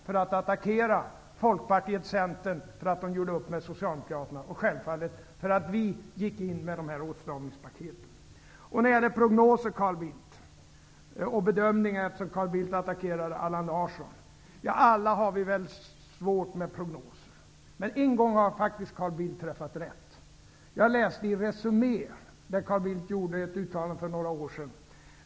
Moderaterna attackerade Folkpartiet och Centern för att de gjorde upp med Socialdemokraterna och för att vi gick in med de här åtstramningspaketen. Carl Bildt attackerar Allan Larsson när det gäller prognoser och bedömningar. Alla har vi väl svårt med att ställa prognoser. Men en gång har Carl Bildt faktiskt träffat rätt. Jag läste i Resumé, där Carl Bildt gjorde ett uttalande för några år sedan.